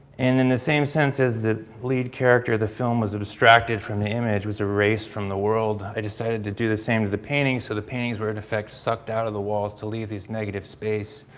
and in the same sense as the lead character, the film was abstracted from the image was erased from the world. i decided to do the same to the paintings so the paintings were in effect sucked out of the walls to leave these negative space.